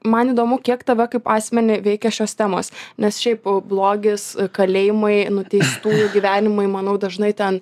man įdomu kiek tave kaip asmenį veikia šios temos nes šiaip blogis kalėjimai nuteistųjų gyvenimai manau dažnai ten